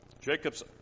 Jacob's